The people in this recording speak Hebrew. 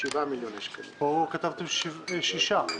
פה כתבתם 6 מיליון.